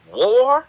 war